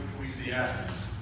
Ecclesiastes